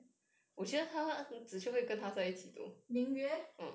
ming yue